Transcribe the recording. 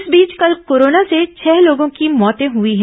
इस बीच कल कोरोना से छह लोगों की मौतें हुई हैं